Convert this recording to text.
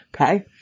Okay